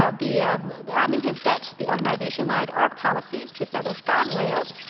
ah the um the admin has set the organization-wide org policies to set those guardrails,